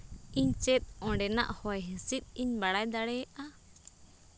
ᱤᱧ ᱪᱮᱫ ᱚᱸᱰᱮᱱᱟᱜ ᱦᱚᱭ ᱦᱤᱸᱥᱤᱫ ᱤᱧ ᱵᱟᱲᱟᱭ ᱫᱟᱲᱮᱭᱟᱜᱼᱟ